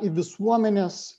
į visuomenės